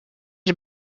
had